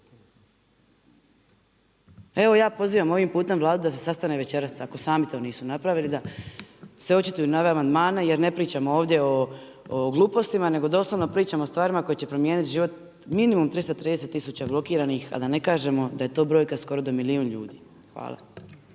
Evo ja pozivam ovim putem Vladu da se sastane večeras ako sami to nisu napravili da se očituju na ove amandmane jer ne pričamo ovdje o glupostima nego doslovno pričamo o stvarima koje će promijeniti život minimum 330 tisuća blokiranih a da ne kažemo da je to brojka skoro do milijun ljudi. Hvala.